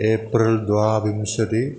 April द्वाविंशतिः